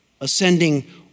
ascending